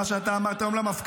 ראיתי גם מה שאמרת היום למפכ"ל.